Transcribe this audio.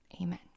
amen